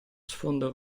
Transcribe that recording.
sfondo